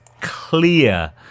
clear